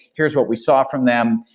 here's what we saw from them,